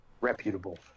reputable